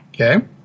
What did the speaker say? Okay